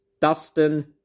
Dustin